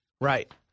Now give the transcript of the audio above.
Right